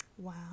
Wow